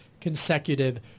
consecutive